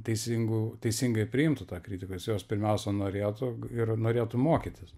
teisingu teisingai priimtų tą kritiką jis jos pirmiausia norėtų ir norėtų mokytis